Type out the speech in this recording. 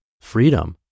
freedom